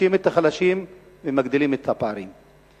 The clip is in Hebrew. מחלישים את החלשים ומגדילים את הפערים.